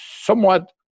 somewhat